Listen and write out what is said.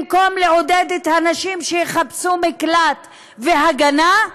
במקום לעודד נשים שיחפשו מקלט והגנה,